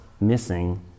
missing